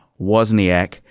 Wozniak